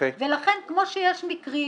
ולכן כמו שיש מקרים